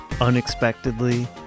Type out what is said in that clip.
unexpectedly